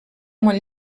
molt